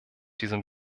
diesem